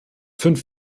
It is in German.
fünf